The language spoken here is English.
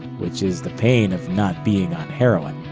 which is the pain of not being on heroin.